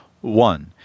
One